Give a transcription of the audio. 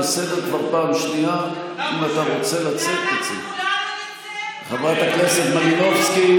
מי שמבזה את הכנסת זה מושחת,